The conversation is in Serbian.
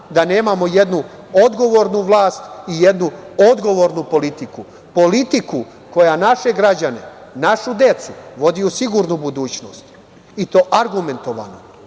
da nemamo jednu odgovornu vlast i jednu odgovornu politiku, politiku koja naše građane, našu decu, vodi u sigurnu budućnost, i to argumentovano.